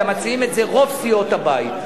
אלא מציעות את זה רוב סיעות הבית,